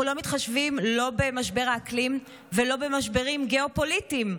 אנחנו לא מתחשבים לא במשבר האקלים ולא במשברים גיאופוליטיים,